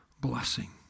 blessing